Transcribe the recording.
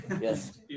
yes